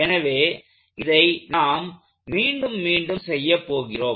எனவே இதை நாம் மீண்டும் மீண்டும் செய்யப் போகிறோம்